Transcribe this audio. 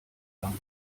lang